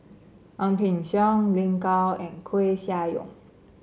Ang Peng Siong Lin Gao and Koeh Sia Yong